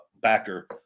backer